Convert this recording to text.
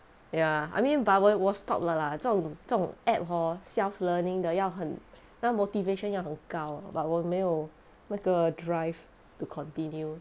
ya I mean but 我我 stop 了啦这种种 app hor self learning 的要很那 motivation 要很高 but 我没有那个 drive to continue